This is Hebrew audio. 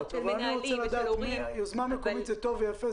של מנהלים ושל הורים אבל --- יוזמה מקומית זה טוב ויפה,